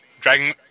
Dragon